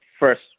first